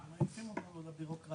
לא נגיע לכלום.